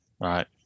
Right